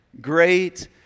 great